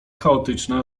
chaotyczna